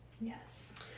Yes